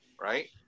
right